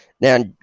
Now